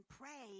pray